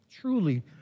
truly